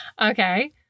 Okay